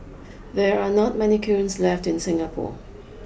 there are not many kilns left in Singapore